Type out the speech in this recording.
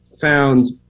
found